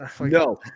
no